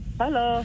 hello